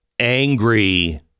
angry